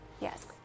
Yes